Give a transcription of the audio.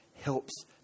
helps